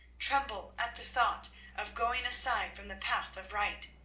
tremble at the thought of going aside from the path of right.